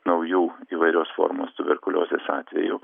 naujų įvairios formos tuberkuliozės atvejų